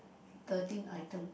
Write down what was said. thirteen items